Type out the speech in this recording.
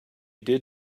did